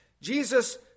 Jesus